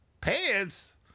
Pants